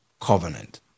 covenant